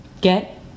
get